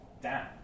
down